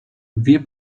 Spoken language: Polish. wie